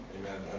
Amen